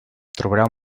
trobareu